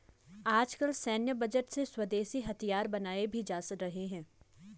आजकल सैन्य बजट से स्वदेशी हथियार बनाये भी जा रहे हैं